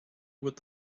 would